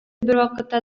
бервакытта